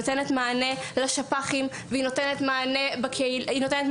היא נותנת מענה לשפ"חים והיא נותנת מענה בקהילה.